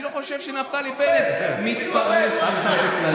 אני לא חושב שנפתלי בנט מתפרנס מזה.